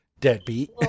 deadbeat